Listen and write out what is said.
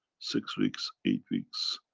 six weeks, eight weeks,